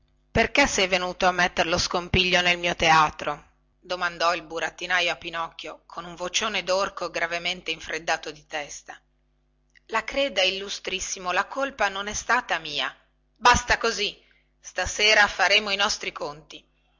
perché sei venuto a mettere lo scompiglio nel mio teatro domandò il burattinaio a pinocchio con un vocione dorco gravemente infreddato di testa la creda illustrissimo che la colpa non è stata mia basta così stasera faremo i nostri conti